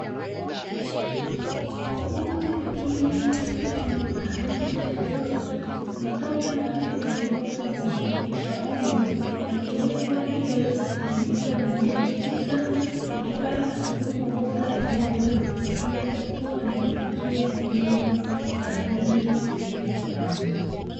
Wauguzi wakiwa katika chumba maalumu cha joto, mtoto aliyezaliwa kabla ya kufikisha umri akiwekwa ili aweze kutimiza miezi tisa, akipata huduma bora inayoweza kumsaidia kukua na kufikia miezi kadiri ilivyopangwa.